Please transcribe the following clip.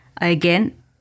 Again